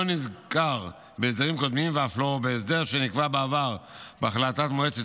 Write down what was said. נזכר בהסדרים קודמים ואף לא בהסדר שנקבע בעבר בהחלטת מועצת